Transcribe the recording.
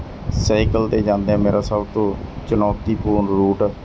cycle 'ਤੇ ਜਾਂਦਿਆਂ ਮੇਰਾ ਸਭ ਤੋਂ ਚੁਣੌਤੀਪੂਰਨ ਰੂਟ